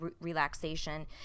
relaxation